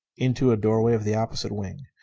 into a doorway of the opposite wing.